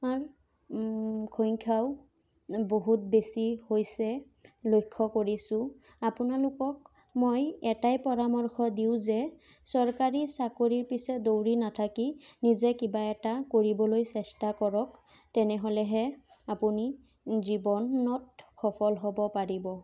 সংখ্যাও বহুত বেছি হৈছে লক্ষ্য কৰিছোঁ আপোনালোকক মই এটাই পৰামৰ্শ দিওঁ যে চৰকাৰী চাকৰিৰ পিছত দৌৰি নাথাকি নিজেই কিবা এটা কৰিবলৈ চেষ্টা কৰক তেনেহ'লেহে আপুনি জীৱনত সফল হ'ব পাৰিব